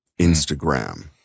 Instagram